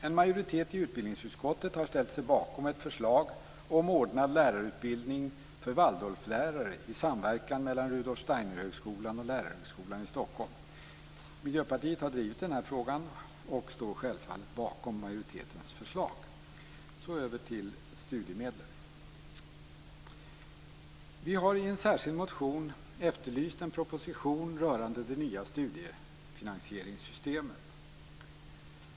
En majoritet i utbildningsutskottet har ställt sig bakom ett förslag om ordnad lärarutbildning för Waldorflärare i samverkan mellan Rudolf Steiner-högskolan och Lärarhögskolan i Stockholm. Miljöpartiet har drivit frågan, och står självfallet bakom majoritetens förslag. Nu övergår jag till frågan om studiemedel. Miljöpartiet har i en särskild motion efterlyst en proposition rörande det nya studiefinansieringssystemet.